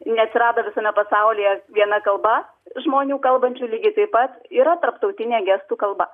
neatsirado visame pasaulyje viena kalba žmonių kalbančių lygiai taip pat yra tarptautinė gestų kalba